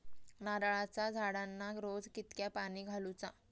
नारळाचा झाडांना रोज कितक्या पाणी घालुचा?